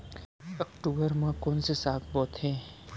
अक्टूबर मा कोन से साग बोथे?